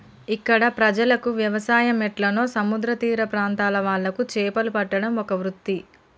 ఇక్కడ ప్రజలకు వ్యవసాయం ఎట్లనో సముద్ర తీర ప్రాంత్రాల వాళ్లకు చేపలు పట్టడం ఒక వృత్తి